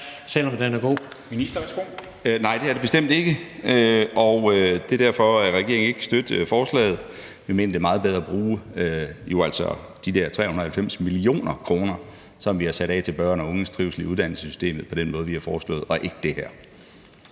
Nej, det er det bestemt ikke. Og det er derfor, at regeringen ikke kan støtte forslaget. Vi mener, det er meget bedre at bruge de der 390 mio. kr., som vi har sat af til børn og unges trivsel i uddannelsessystemet, på den måde, at vi har foreslået, og ikke på den her